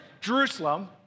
Jerusalem